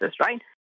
right